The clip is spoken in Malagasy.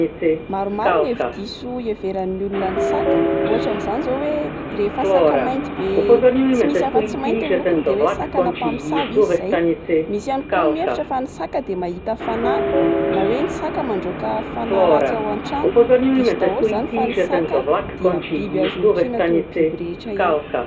Maromaro ny hevi-diso iheveran'ny olona ny saka, ohatra amin'izany zao oe rehefa saka mainty be tsy misy afatsy mainty ny lokony de oe sakana pamosavy izy zay, misy ihany koa mihevitra fa ny saka de mahita fanahy na oe ny saka mandrôka fanahy ratsy ao atrano, diso daholo zany fa ny saka dia biby azo ompiana toy ny biby rehetra ihany.